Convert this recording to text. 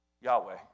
Yahweh